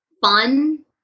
fun